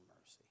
mercy